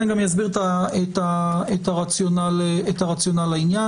אני אסביר גם את הרציונל לעניין.